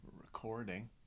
Recording